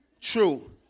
True